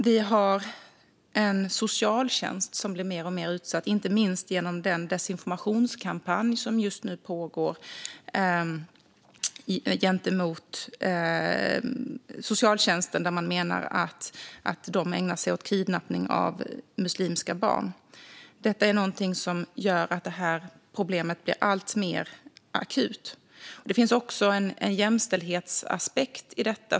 Vi har en socialtjänst som blir mer och mer utsatt, inte minst genom den desinformationskampanj som just nu pågår gentemot socialtjänsten där man menar att de ägnar sig åt kidnappning av muslimska barn. Detta är något som gör att problemet blir alltmer akut. Det finns också en jämställdhetsaspekt i detta.